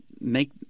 make